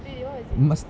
what was it